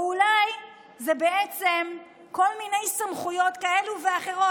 או אולי זה בעצם כל מיני סמכויות כאלו ואחרות?